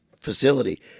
facility